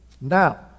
Now